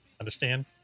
understand